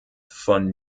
von